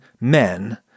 men